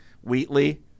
Wheatley